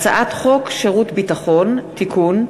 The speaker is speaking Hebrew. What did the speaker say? הצעת חוק שירות ביטחון (תיקון,